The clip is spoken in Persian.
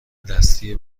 دستی